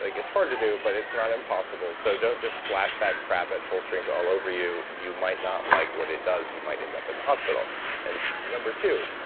like it's hard to do, but it's not impossible. so don't just splash that crap at full strength all over you. you might not like what it does. you might end up in the hospital and number two,